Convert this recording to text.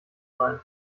sein